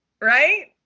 Right